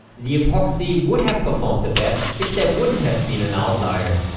the epoxy would have performed the best if there wouldn't have been an outlier.